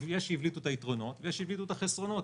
יש שהבליטו את היתרונות ויש שהבליטו את החסרונות.